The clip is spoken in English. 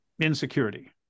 insecurity